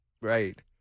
Right